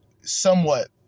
somewhat